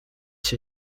się